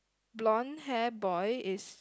blond hair boy is